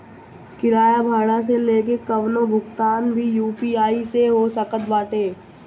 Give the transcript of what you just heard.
किराया भाड़ा से लेके कवनो भुगतान भी यू.पी.आई से हो सकत बाटे